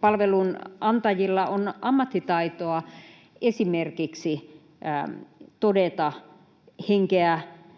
palvelunantajilla on ammattitaitoa esimerkiksi todeta henkeä